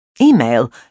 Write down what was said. Email